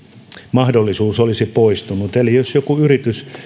mahdollisuus olisi poistunut eli jos joku yritys